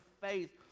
faith